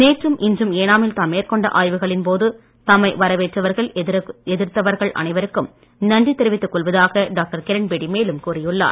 நேற்றம் இன்றும் ஏனாமில் தாம் மேற்கொண்ட ஆய்வுகளின் போது தம்மை வரவேற்றவர்கள் எதிர்த்தவர்கள் அனைவருக்கும் நன்றி தெரிவித்துக் கொள்வதாக டாக்டர் கிரண்பேடி மேலும் கூறியுள்ளார்